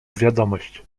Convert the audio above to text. wiadomość